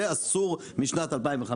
זה אסור משנת 2015,